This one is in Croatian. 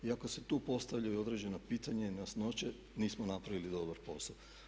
I ako se tu postavljaju određena pitanja i nejasnoće nismo napravili dobar posao.